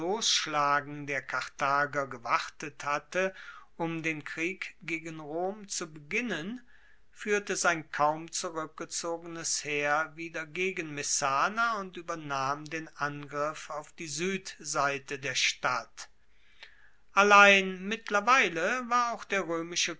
losschlagen der karthager gewartet hatte um den krieg gegen rom zu beginnen fuehrte sein kaum zurueckgezogenes heer wieder gegen messana und uebernahm den angriff auf die suedseite der stadt allein mittlerweile war auch der roemische